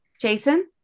Jason